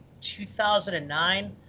2009